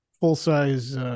full-size